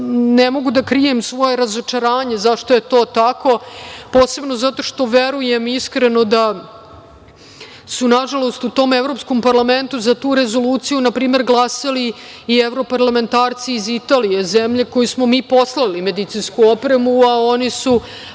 mogu da krijem svoje razočaranje zašto je to tako, posebno zato što iskreno verujem da su nažalost u tom Evropskom parlamentu za tu Rezoluciju, na primer glasali i evroparlamentarci iz Italije, zemlje kojima smo mi poslali medicinsku opremu, a oni su